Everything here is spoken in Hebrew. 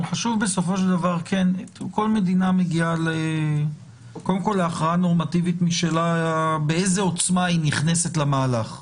כל מדינה מגיעה להכרעה נורמטיבית משלה ובאיזו עוצמה היא נכנסת למהלך.